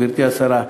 גברתי השרה,